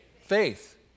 faith